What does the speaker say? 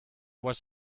was